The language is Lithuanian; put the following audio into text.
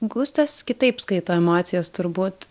gustas kitaip skaito emocijas turbūt